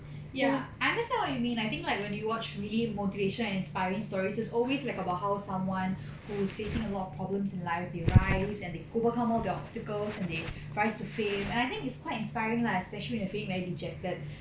ya I understand what you mean I think like when you watch really motivation and inspiring stories is always like about how someone who is facing a lot of problems in life they rise and they overcome all the obstacles and they rise to fame and I think it's quite inspiring lah especially when you are feeling very dejected